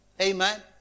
Amen